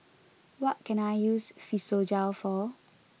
what can I use Physiogel for